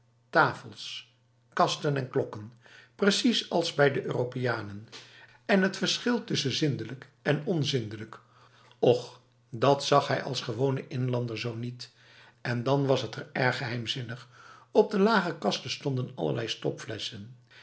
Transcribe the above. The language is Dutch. tafels kasten en klokken precies als bij europeanen en het verschil tussen zindelijk en onzindelijk och dat zag hij als gewone inlander zo niet en dan was het erg geheimzinnig op de lage kasten stonden allerlei